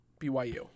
BYU